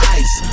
ice